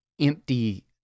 empty